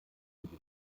diese